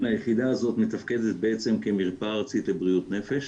לכן היחידה הזאת מתפקדת בעצם כמרפאה ארצית לבריאות נפש,